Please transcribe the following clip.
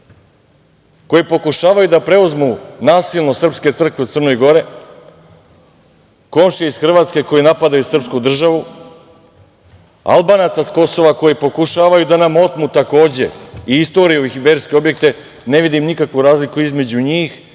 koji pokušavaju da preuzmu nasilno srpske crkve u Crnoj Gori, komšije iz Hrvatske koji napadaju srpsku državu, Albanaca sa Kosova koji pokušavaju da nam otmu takođe i istoriju i verske objekte, ne vidim nikakvu razliku između njih